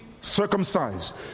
circumcised